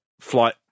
flight